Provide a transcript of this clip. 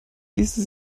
ließe